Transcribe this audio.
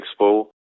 Expo